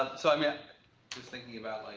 ah so i mean i was thinking about like